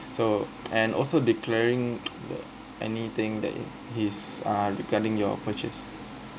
so uh and also declaring uh anything that in his uh regarding your purchase